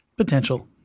Potential